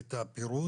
את הפירוט,